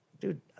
dude